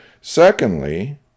Secondly